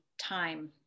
time